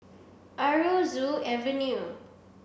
Aroozoo Avenue